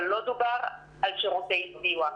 אבל לא דובר על שירותי סיוע.